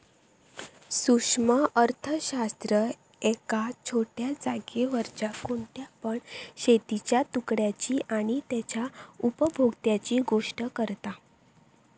सूक्ष्म अर्थशास्त्र एका छोट्या जागेवरच्या कोणत्या पण शेतीच्या तुकड्याची आणि तेच्या उपभोक्त्यांची गोष्ट करता